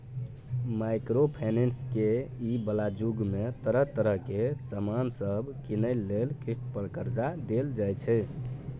micro finance के इ बला जुग में तरह तरह के सामान सब कीनइ लेल किस्त पर कर्जा देल जाइ छै